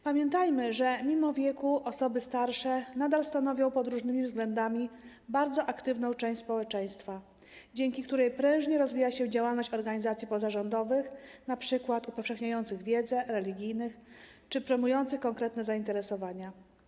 Pamiętajmy, że pomimo wieku osoby starsze nadal stanowią pod różnymi względami bardzo aktywną część społeczeństwa, dzięki której prężnie rozwija się działalność organizacji pozarządowych, np. upowszechniających wiedzę, religijnych czy promujących konkretne zainteresowania.